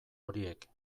horiek